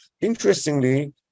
Interestingly